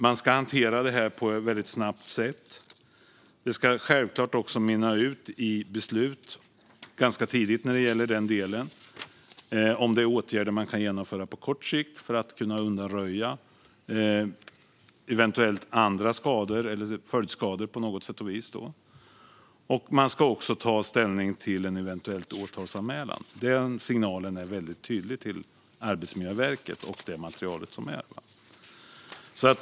Man ska hantera detta väldigt snabbt, och det ska självklart också mynna ut i beslut ganska tidigt om det finns åtgärder som kan genomföras på kort sikt för att undanröja eventuella andra skador eller följdskador på något sätt och vis. Man ska också ta ställning till en eventuell åtalsanmälan. Den signalen är väldigt tydlig till Arbetsmiljöverket i det material som finns.